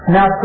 Now